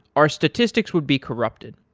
our statistics would be corrupted.